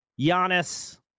Giannis